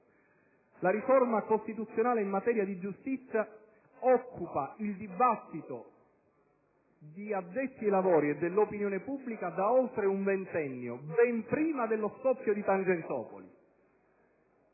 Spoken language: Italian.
La riforma costituzionale in materia di giustizia occupa il dibattito di addetti ai lavori e dell'opinione pubblica da oltre un ventennio, ben prima dello scoppio di Tangentopoli.